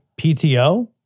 PTO